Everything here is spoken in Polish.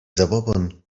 zabobon